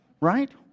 right